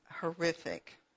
horrific